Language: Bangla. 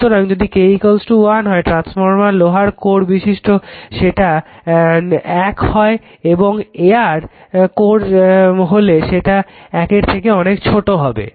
সুতরাং যদি K 1 হয় ট্রান্সফরমার লোহার কোর বিশিষ্ট হলে সেটা এক হয় এবং এয়ার কোর হলে সেটা এক এর থেকে অনেক ছোট হবে